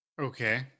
Okay